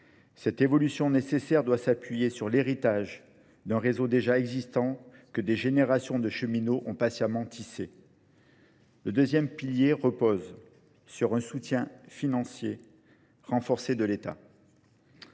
Cette évolution nécessaire doit s'appuyer sur l'héritage d'un réseau déjà existant que des générations de cheminots ont patiemment tissé. Le deuxième pilier repose sur un soutien financier renforcé de l'État.